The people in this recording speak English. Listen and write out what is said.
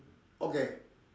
okay